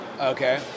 Okay